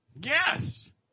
Yes